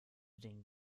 den